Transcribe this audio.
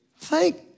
Thank